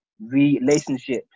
relationships